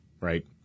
right